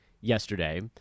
yesterday